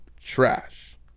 trash